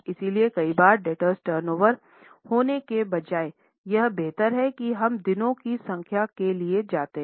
इसलिए कई बार डेब्टर्स टर्नओवर होने के बजाय यह बेहतर है कि हम दिनों की संख्या के लिए जाते हैं